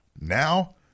now